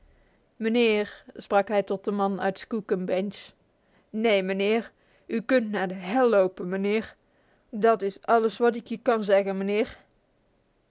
meneer sprak hij tot den man uit skookum bench neen meneer u kunt naar de hel lopen meneer dat is alles wat ik je kan zeggen meneer